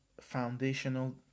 foundational